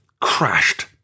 crashed